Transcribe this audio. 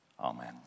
Amen